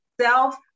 Self